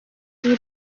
iyi